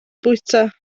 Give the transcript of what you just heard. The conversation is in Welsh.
bwyta